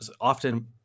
often